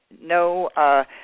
no